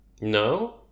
No